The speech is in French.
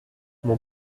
mon